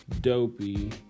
Dopey